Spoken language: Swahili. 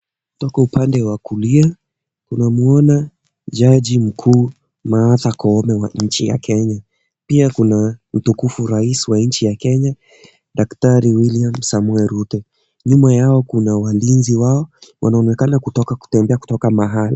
Kutoka upande wa kulia tunamwona jaji mkuu Martha Koome wa nchi ya Kenya, pia kuna mtukufu rais wa nchi ya Kenya daktari William Samoei Ruto, nyuma yao kuna walinzi wao wanaonekana kutembea kutoka mahali.